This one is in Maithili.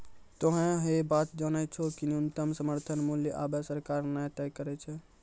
तोहों है बात जानै छौ कि न्यूनतम समर्थन मूल्य आबॅ सरकार न तय करै छै